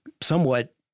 somewhat